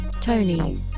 Tony